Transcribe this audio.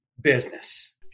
business